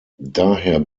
daher